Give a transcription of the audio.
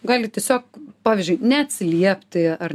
gali tiesiog pavyzdžiui neatsiliepti ar